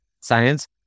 science